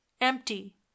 empty